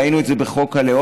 ראינו את זה בחוק הלאום,